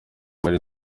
mpari